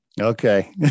okay